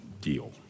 deal